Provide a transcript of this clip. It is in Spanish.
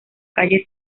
calle